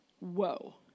Whoa